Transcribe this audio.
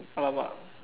!alamak!